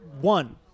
one